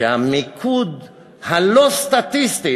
שהמיקוד הלא-סטטיסטי,